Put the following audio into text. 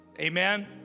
Amen